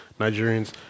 Nigerians